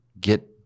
get